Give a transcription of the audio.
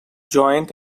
joined